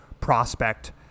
prospect